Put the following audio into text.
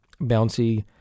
bouncy